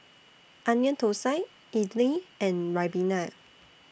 Onion Thosai Idly and Ribena